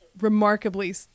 remarkably